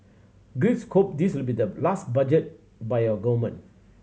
Greeks hope this will be the last budget by your government